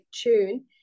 tune